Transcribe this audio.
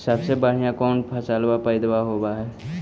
सबसे बढ़िया कौन फसलबा पइदबा होब हो?